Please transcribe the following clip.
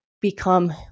become